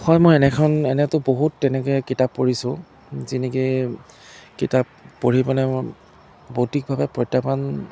হয় মই এনেখন এনেতো বহুত তেনেকৈ কিতাপ পঢ়িছোঁ যেনেকৈ কিতাপ পঢ়ি মানে মই বৌদ্ধিকভাৱে প্ৰত্য়াহ্বান